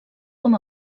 com